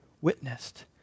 witnessed